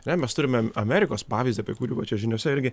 ar ne mes turime amerikos pavyzdį apie kurių va čia žiniose irgi